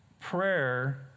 Prayer